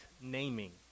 naming